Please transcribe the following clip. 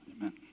amen